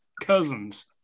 Cousins